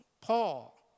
Paul